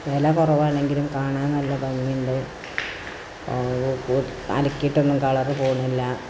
വില കുറവാണെങ്കിലും കാണാൻ നല്ല ഭംഗിയുണ്ട് അതിപ്പോള് അലക്കിയിട്ടൊന്നും കളര് പോകുന്നില്ല